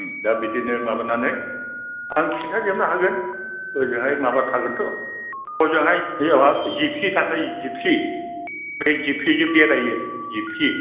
दा बिदिनो माबानानै आं खिन्थाजोबनो हागोन होजोंहाय माबा थागोन थ' हजोंहाय जोंहा माबा जिपसि थाखायो जिपसि बे जिपसिजों बेरायो जिपसि